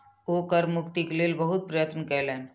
ओ कर मुक्तिक लेल बहुत प्रयत्न कयलैन